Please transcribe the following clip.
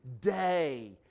day